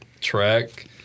track